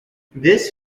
this